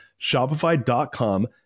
Shopify.com